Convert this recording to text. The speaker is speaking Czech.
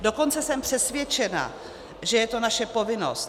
Dokonce jsem přesvědčena, že je to naše povinnost.